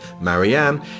Marianne